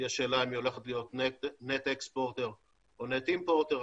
יש שאלה אם היא הולכת להיות net exporter או net importer,